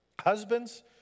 Husbands